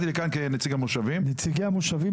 אל תפריע לי.